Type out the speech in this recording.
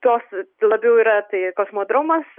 tos labiau yra tai kosmodromas